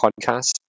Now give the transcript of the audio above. podcast